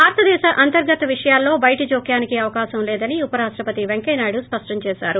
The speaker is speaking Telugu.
భారతదేశ అంతర్గత విషయాలలో బయటి జోక్యానికి అవకాశం లేదని ఉపరాష్ణపతి వెంకయ్య నాయుడు స్పష్టం చేశారు